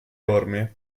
orme